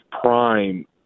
prime